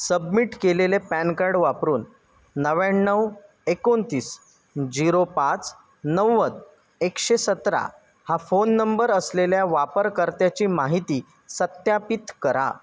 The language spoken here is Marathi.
सबमिट केलेले पॅन कार्ड वापरून नव्याण्णव एकोणतीस जिरो पाच नव्वद एकशे सतरा हा फोन नंबर असलेल्या वापरकर्त्याची माहिती सत्यापित करा